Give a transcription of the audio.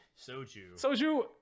Soju